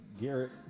Garrett